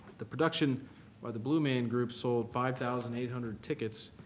the production by the blue man group sold five thousand eight hundred tickets,